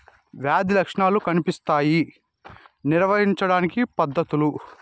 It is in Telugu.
వ్యాధి లక్షణాలు కనిపిస్తాయి నివారించడానికి పద్ధతులు?